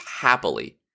happily